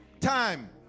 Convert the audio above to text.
time